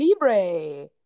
Libre